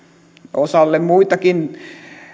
osalle muitakin